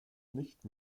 nicht